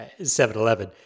7-Eleven